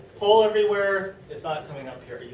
polleverywhere is not coming up here you